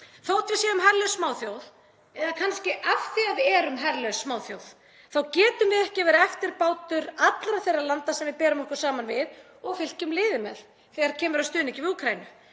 Þótt við séum herlaus smáþjóð, eða kannski af því að við erum herlaus smáþjóð, þá getum við ekki verið eftirbátur allra þeirra landa sem við berum okkur saman við og fylkjum liði með þegar kemur að stuðningi við Úkraínu.